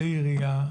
כלי ירייה,